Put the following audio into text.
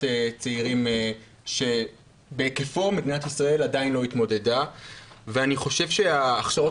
צעירים שבהיקפו מדינת ישראל עדיין לא התמודדה ואני חושב שההכשרות